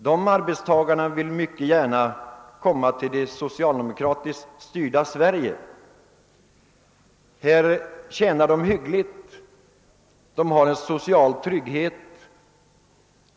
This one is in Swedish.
De arbetstagarna vill mycket gärna komma till det socialdemokratiskt styrda Sverige. Här tjänar de hyggligt, de har en social trygghet.